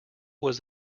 was